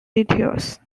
details